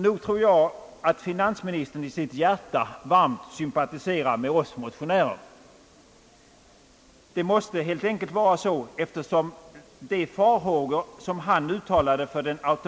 Nog tror jag att finansministern i sitt hjärta varmt sympatiserar med oss motionärer — det måste helt enkelt vara så, eftersom de farhågor visat sig väl